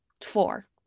four